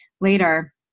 later